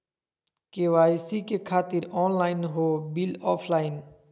KYC से खातिर online हो बिल ऑफलाइन?